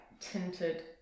tinted